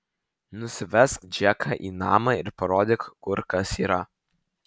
nusivesk džeką į namą ir parodyk kur kas yra